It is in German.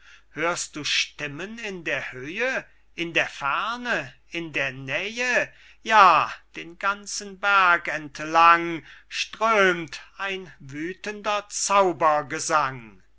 hörst du stimmen in der höhe in der ferne in der nähe ja den ganzen berg entlang strömt ein wüthender